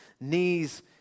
knees